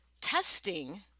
testing